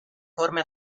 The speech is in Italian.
forme